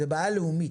כי זו בעיה לאומית,